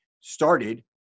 started